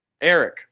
Eric